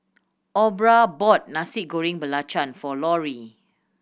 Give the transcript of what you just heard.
Aubra bought Nasi Goreng Belacan for Lorri